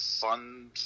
fun